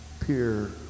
peer